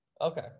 okay